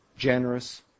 generous